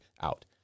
out